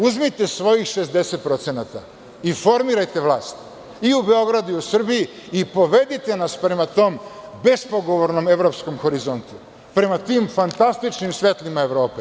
Uzmite svojih 60% i formirajte vlast i u Beogradu i u Srbiji i povedite nas prema tom bezpogovornom horizontu, prema tim fantastičnim svetlima Evropi.